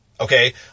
Okay